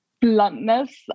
bluntness